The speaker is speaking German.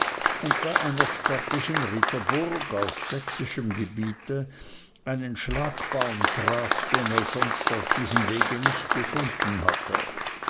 und bei einer stattlichen ritterburg auf sächsischem gebiete einen schlagbaum traf den er sonst auf diesem wege nicht gefunden hatte